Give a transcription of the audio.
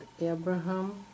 Abraham